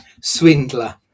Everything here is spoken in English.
Swindler